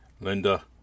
Linda